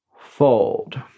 fold